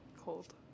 cold